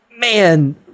man